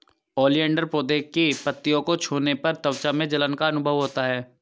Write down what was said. oleander पौधे की पत्तियों को छूने पर त्वचा में जलन का अनुभव होता है